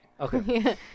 Okay